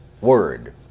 word